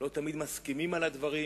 לא תמיד מסכימים על הדברים,